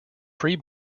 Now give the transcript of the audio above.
pre